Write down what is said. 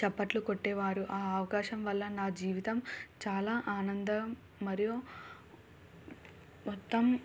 చప్పట్లు కొట్టేవారు ఆ అవకాశం వల్ల నా జీవితం చాలా ఆనందం మరియు మొత్తం